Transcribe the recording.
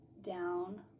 down